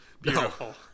Beautiful